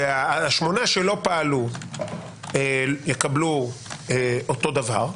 והשמונה שלא פעלו יקבלו אותו דבר,